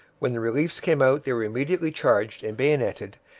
when the reliefs came out they were immediately charged and bayoneted,